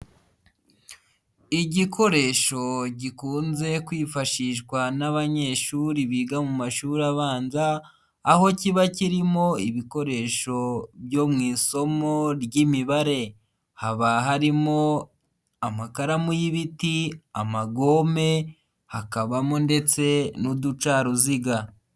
Igikoresho gikunze kwifashishwa n'abanyeshuri biga mu mashuri abanza, aho kiba kirimo ibikoresho byo mu isomo ry'imibare, haba harimo amakaramu y'ibiti amagome, hakabamo ndetse n'uducaruziga.